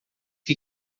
que